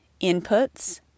inputs